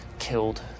killed